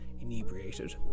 inebriated